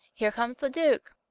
here comes the duke.